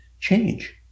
change